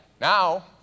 Now